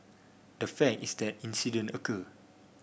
the fact is that incident occurred